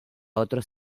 otros